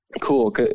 cool